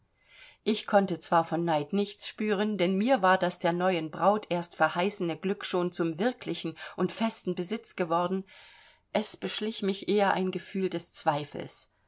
ich konnte zwar von neid nichts spüren denn mir war das der neuen braut erst verheißene glück schon zum wirklichen und festen besitz geworden es beschlich mich eher ein gefühl des zweifels